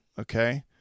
okay